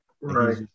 Right